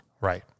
Right